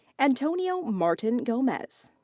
antonio martin gomez.